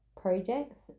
Projects